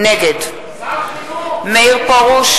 נגד מאיר פרוש,